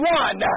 one